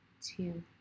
two